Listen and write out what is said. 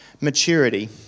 maturity